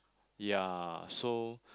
ya so